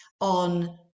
on